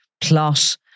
plot